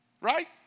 Right